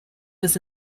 was